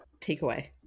takeaway